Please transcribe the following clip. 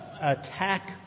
attack